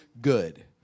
good